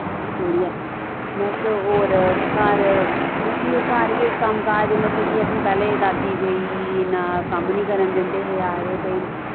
छोड़ियै बस होर घर बस इयै घर गै कम्मकाज मतलब कि असें पैह्लें दादी कोई इन्ना कम्म नि करन दिंदे हे आखदे भई